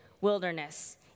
Wilderness